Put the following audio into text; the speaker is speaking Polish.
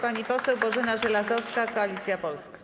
Pani poseł Bożena Żelazowska, Koalicja Polska.